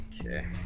Okay